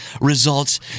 results